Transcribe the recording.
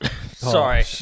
sorry